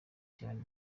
cyane